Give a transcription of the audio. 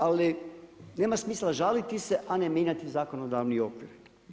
Ali nema smisla žaliti se, a ne mijenjati zakonodavni okvir.